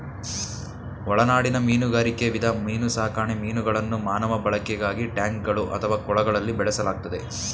ಒಳನಾಡಿನ ಮೀನುಗಾರಿಕೆ ವಿಧ ಮೀನುಸಾಕಣೆ ಮೀನುಗಳನ್ನು ಮಾನವ ಬಳಕೆಗಾಗಿ ಟ್ಯಾಂಕ್ಗಳು ಅಥವಾ ಕೊಳಗಳಲ್ಲಿ ಬೆಳೆಸಲಾಗ್ತದೆ